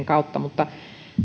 kautta mutta